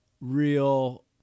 real